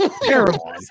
Terrible